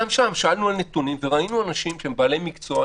גם שם ביקשנו נתונים וראינו אנשים שהם בעלי מקצוע,